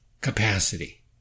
capacity